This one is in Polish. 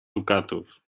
dukatów